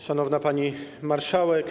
Szanowna Pani Marszałek!